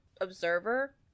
observer